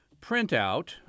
printout